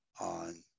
on